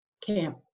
Camp